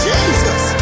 Jesus